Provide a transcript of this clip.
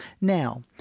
Now